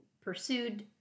pursued